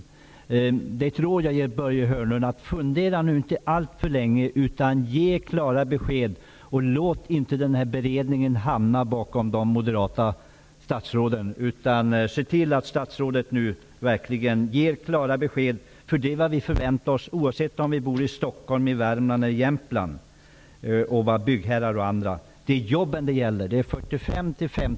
Fundera nu inte alltför länge, Börje Hörnlund, utan ge klara besked! Låt inte denna beredning hamna bakom de moderata statsråden, utan se till att verkligen ge klara besked! Det är vad vi förväntar oss, oavsett om vi bor i Stockholm, i Värmland eller i Jämtland och oavsett om vi är byggherrar eller tillhör någon annan kategori. Det är jobben som det gäller.